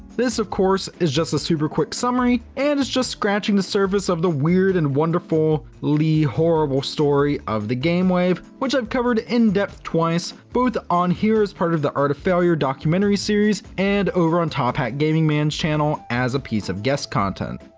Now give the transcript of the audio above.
this, of course, is just a super quick summary and is just scratching the surface of the weird and wonderfully like horrible story of the game wave which i've covered in-depth twice, both on here as part of the art of failure documentary series and over on top hat gaming man's channel as a piece of guest content.